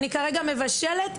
אני כרגע מבשלת,